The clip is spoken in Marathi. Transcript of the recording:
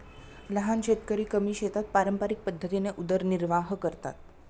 लहान शेतकरी कमी शेतात पारंपरिक पद्धतीने उदरनिर्वाह करतात